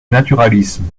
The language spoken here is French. naturalisme